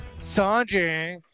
Sanjay